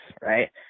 right